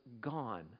gone